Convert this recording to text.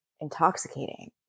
intoxicating